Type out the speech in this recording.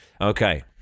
Okay